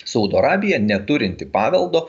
saudo arabiją neturinti paveldo